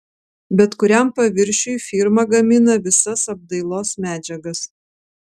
bet kuriam paviršiui firma gamina visas apdailos medžiagas